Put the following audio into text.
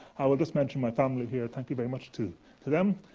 i will just mention my family here, thank you very much to to them.